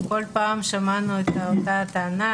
ובכל פעם שמענו את אותה טענה,